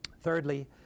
Thirdly